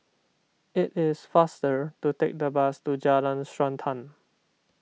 it is faster to take the bus to Jalan Srantan